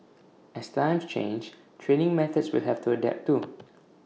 as times change training methods will have to adapt too